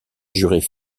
jurer